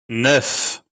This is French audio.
neuf